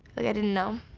i didn't know.